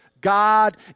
God